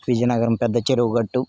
విజయనగరం పెద్ద చెరువు గట్టు